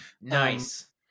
Nice